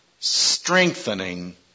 strengthening